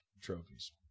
trophies